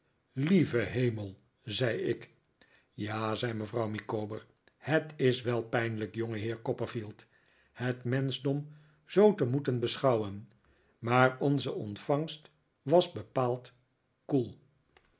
lieve hemel zei ik ja zei mevrouw micawber het is wel pijnlijk jongeheer copperfield het menschdom zoo te moeten beschouwen maar onze ontvangst was bepaald koel